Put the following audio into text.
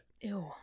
Ew